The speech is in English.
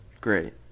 Great